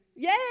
Yay